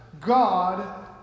God